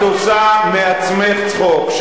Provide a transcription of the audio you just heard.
את עושה מעצמך צחוק.